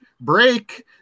break